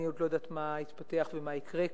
אני עוד לא יודעת מה ייפתח ומה יקרה כאן,